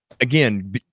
again